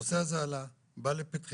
הנושא הזה עלה, בא לפתחי,